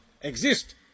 exist